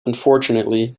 unfortunately